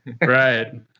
Right